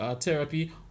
therapy